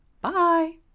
Bye